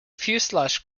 fuselage